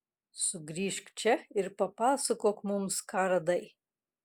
sugrįžk čia ir papasakok mums ką radai